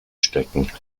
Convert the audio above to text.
stecken